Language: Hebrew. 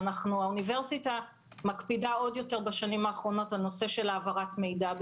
האוניברסיטה מקפידה עוד יותר בשנים האחרונות על נושא העברת מידע.